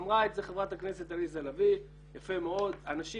אמרה את זה חברת הכנסת עליזה לביא יפה מאוד אנשים